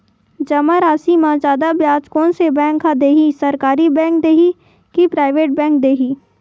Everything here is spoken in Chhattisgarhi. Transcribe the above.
जमा राशि म जादा ब्याज कोन से बैंक ह दे ही, सरकारी बैंक दे हि कि प्राइवेट बैंक देहि?